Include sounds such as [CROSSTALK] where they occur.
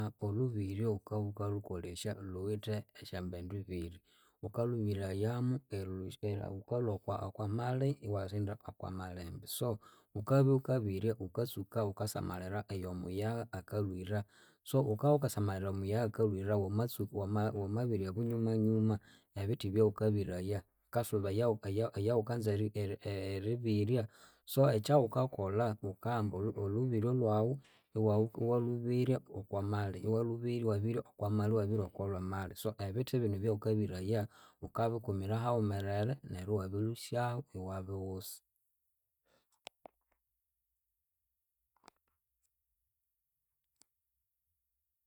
[HESITATION] olhubiryo wuka wukalhukolesya lhuwithe esyambendu ibiri. Wukalhubirayamu [HESITATION] wukalwa okwamali iwaghenda okwamalembe so wukabya wukabirya wukatsuka wukasamalira eyo muyagha akalwira so wuka wukasamalhira eyomuyagha akalwira wama wamabirya bunyuma nyuma ebithi ebyawukabiraya bikasuba eya [HESITATION] eyawukanza [HESITATION] eri- eribirya. So ekyawukakolha wukahamba olhu olhubiryo lwawu iwalhubirya okwamalya, iwalhubirya iwalhubirya okwamali, iwabirya okwalwamali. So ebithi binu ebyawukabiraya wukabikumira hawumerere neryu iwabilusyahu iwabiwusa.